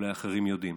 שאולי אחרים יודעים.